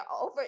over